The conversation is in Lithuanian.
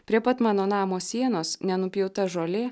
prie pat mano namo sienos nenupjauta žolė